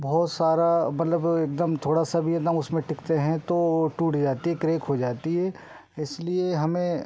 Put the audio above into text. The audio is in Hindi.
बहुत सारा मतलब एकदम थोड़ा सा भी एकदम उसमें टिकते हैं तो वो टूट जाती है क्रेक हो जाती है इसलिए हमें